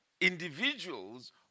individuals